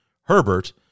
Herbert